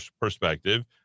perspective